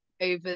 over